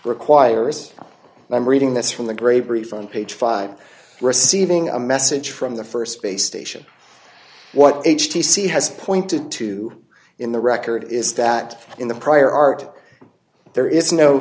requires and i'm reading this from the grave refund page five receiving a message from the st space station what h t c has pointed to in the record is that in the prior art there is no